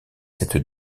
cette